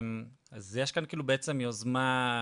אז יש כאן בעצם יוזמה,